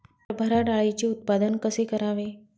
हरभरा डाळीचे उत्पादन कसे करावे?